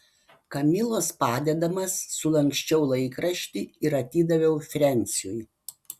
kamilos padedamas sulanksčiau laikraštį ir atidaviau frensiui